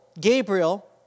Gabriel